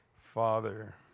father